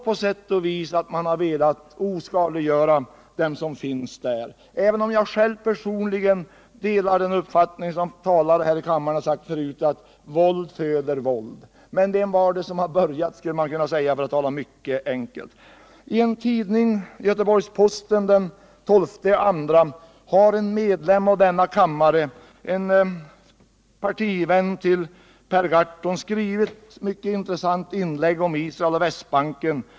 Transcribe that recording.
På sätt och vis förstår jag att man har velat oskadliggöra dem som finns där — även om jag själv delar den uppfattning som tidigare talare här har framhållit, nämligen att våld föder våld. Men man kan ju fråga vem det var som började — för att nu ta det mycket enkelt. I Göteborgs-Posten för den 12 februari i år har en medlem av denna kammare, en partivän till Per Gahrton, skrivit ett mycket intressant inlägg under rubriken ”Israel och västbanken”.